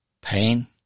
pain